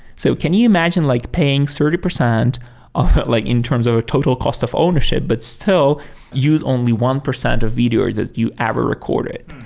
so can you imagine like paying thirty percent like in terms of a total cost of ownership, but still use only one percent of video that you ever recorded.